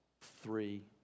three